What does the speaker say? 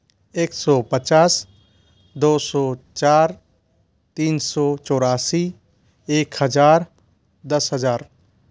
एक सौ पचास दो सौ चार तीन सौ चौरासी एक हज़ार दस हज़ार